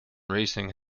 racing